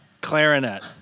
Clarinet